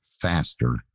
faster